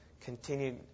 continued